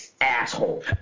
asshole